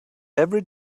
every